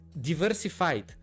diversified